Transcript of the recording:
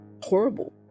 horrible